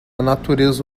natureza